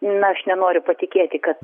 na aš nenoriu patikėti kad